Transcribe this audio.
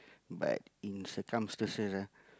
but in circumstances ah